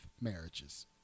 marriages